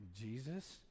Jesus